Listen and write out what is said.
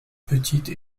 petite